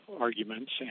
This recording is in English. arguments